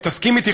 תסכים אתי,